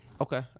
Okay